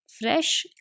fresh